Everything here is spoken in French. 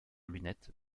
lunettes